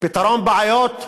פתרון בעיות,